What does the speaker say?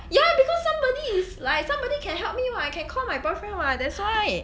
ya because somebody is like somebody can help me [what] I can call my boyfriend [what] that's why